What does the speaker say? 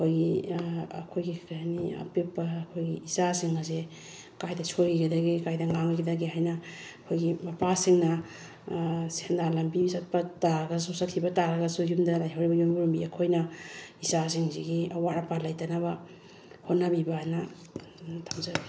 ꯑꯩꯈꯣꯏꯒꯤ ꯑꯩꯈꯣꯏꯒꯤ ꯀꯩ ꯍꯥꯏꯅꯤ ꯑꯄꯤꯛꯄ ꯑꯩꯈꯣꯏꯒꯤ ꯏꯆꯥꯁꯤꯡ ꯑꯁꯦ ꯀꯥꯏꯗ ꯁꯣꯏꯒꯤꯒꯗꯒꯦ ꯀꯥꯏꯅ ꯉꯥꯡꯂꯨꯒꯗꯒꯦ ꯍꯥꯏꯅ ꯑꯩꯈꯣꯏꯒꯤ ꯃꯄꯥꯁꯤꯡꯅ ꯁꯦꯟꯗꯥꯟ ꯂꯝꯕꯤ ꯆꯠꯄ ꯇꯥꯔꯒꯁꯨ ꯆꯠꯈꯤꯕ ꯇꯥꯔꯒꯁꯨ ꯌꯨꯝꯗ ꯂꯩꯍꯧꯔꯤꯕ ꯌꯨꯝꯕꯨꯔꯦꯝꯕꯤ ꯑꯩꯈꯣꯏꯅ ꯏꯆꯥꯁꯤꯡꯁꯤꯒꯤ ꯑꯋꯥꯠ ꯑꯄꯥ ꯂꯩꯇꯅꯕ ꯍꯣꯠꯅꯕꯤꯕ ꯍꯥꯏꯅ ꯊꯝꯖꯒꯦ